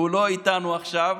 הוא לא איתנו עכשיו,